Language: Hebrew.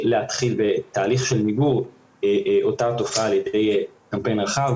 להתחיל בתהליך של מיגור אותה תופעה על ידי קמפיין רחב.